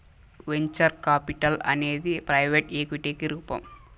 venture capital అనేది private ఈక్విటికి రూపం